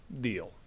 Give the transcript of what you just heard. deal